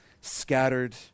scattered